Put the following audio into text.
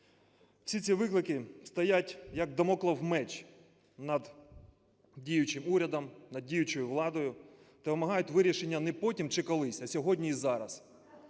Всі ці виклики стоять як дамоклів меч над діючим урядом, над діючою владою та вимагають вирішення не потім чи колись, а сьогодні і зараз.